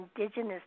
indigenous